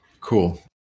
Cool